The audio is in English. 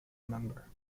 member